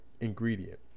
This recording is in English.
ingredient